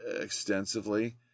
extensively